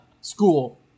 school